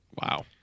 Wow